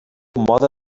mode